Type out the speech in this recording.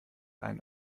ein